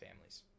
families